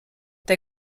der